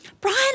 Brian